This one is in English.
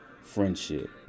friendship